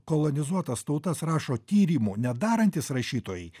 kolonizuotas tautas rašo tyrimų nedarantys rašytojai